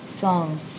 songs